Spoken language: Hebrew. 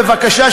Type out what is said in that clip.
בבקשה,